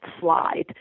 slide